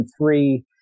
three